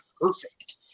perfect